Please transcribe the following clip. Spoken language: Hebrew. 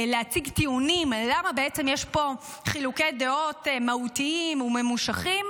להציג טיעונים למה בעצם יש פה חילוקי דעות מהותיים וממושכים,